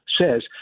says